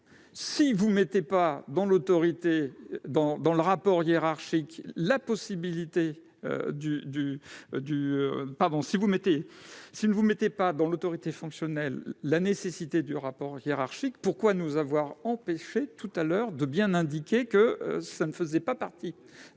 Si vous n'introduisez pas, dans l'autorité fonctionnelle, la nécessité du rapport hiérarchique, pourquoi nous avoir empêchés, tout à l'heure, d'indiquer clairement que cela ne faisait pas partie